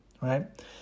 right